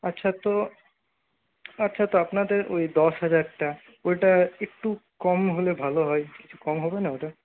আচ্ছা তো আচ্ছা তো আপনাদের ওই দশ হাজারটা ওইটা একটু কম হলে ভালো হয় কিছু কম হবে না ওইটা